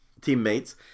teammates